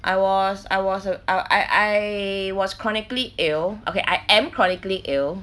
I was I was uh I I was chronically ill okay I am chronically ill